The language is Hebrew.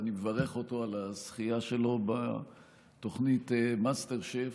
ואני מברך אותו על הזכייה שלו בתוכנית "מאסטר שף".